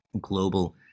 global